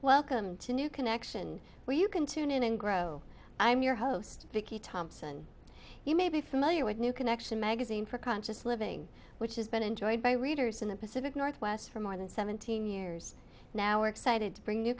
welcome to new connection where you can tune in and grow i'm your host vicky thompson you may be familiar with new connection magazine for conscious living which has been enjoyed by readers in the pacific northwest for more than seventeen years now we're excited to bring a new